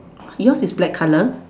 yours is black colour